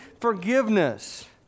forgiveness